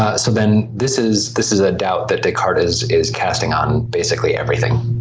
ah so then this is this is a doubt that descartes is is casting on basically everything?